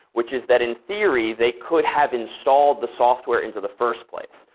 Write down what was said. which is that in theory they could have installed the software into the first place.